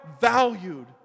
valued